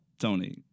Tony